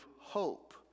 hope